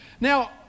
Now